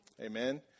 Amen